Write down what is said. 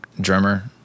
drummer